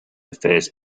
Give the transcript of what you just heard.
affairs